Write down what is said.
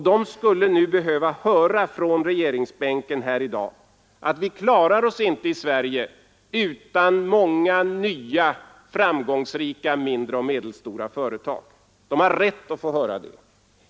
De skulle i dag behöva höra från regeringsbänken att vi klarar oss inte i Sverige utan många nya, framgångsrika mindre och medelstora företag. De har rätt att få höra det.